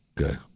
okay